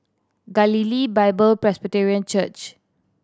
Galilee Bible Presbyterian Church